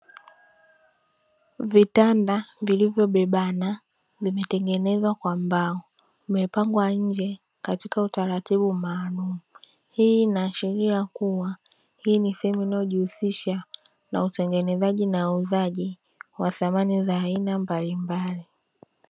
Vitanda vilivyobebana vimetengenezwa kwa mbao, vimepangwa nje katika utaratibu maalumu. Hii inaashiria kuwa hii ni sehemu inayojihusisha na utengenezaji na uuzaji wa samani za aina mbalimbali.